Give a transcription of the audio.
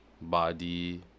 body